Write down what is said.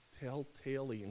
telltale